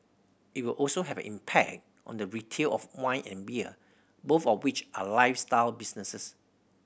it will also have an impact on the retail of wine and beer both of which are lifestyle businesses